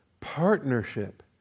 Partnership